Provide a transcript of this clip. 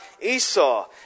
Esau